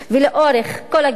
ולאורך כל הכביש,